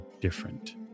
different